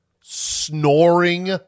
snoring